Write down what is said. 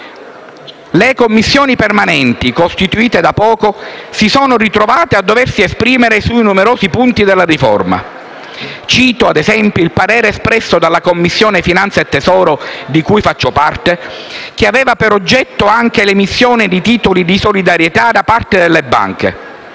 Le Commissioni permanenti, costituite da poco, si sono ritrovate a doversi esprimere sui numerosi punti della riforma. Cito - ad esempio - il parere espresso dalla Commissione finanze e tesoro, di cui faccio parte, che aveva per oggetto anche l'emissione di titoli di solidarietà da parte delle banche.